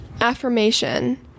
Affirmation